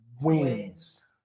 Wins